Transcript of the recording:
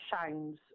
shines